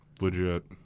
Legit